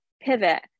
pivot